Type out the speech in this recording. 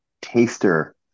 taster